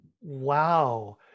Wow